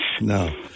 No